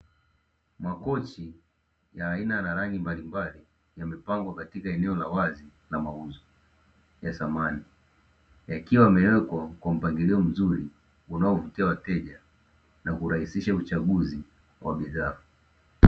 Makochi ya aina na rangi mbalimbali yamepangwa katika eneo la wazi la mauzo ya samani, yakiwa yamewekwa kwa mpangilio mzuri unaovutia wateja na kurahisisha uchaguzi wa bidhaa.